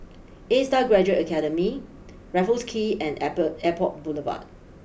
A Star Graduate Academy Raffles Quay and I per Airport Boulevard